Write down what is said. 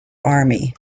army